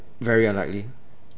very unlikely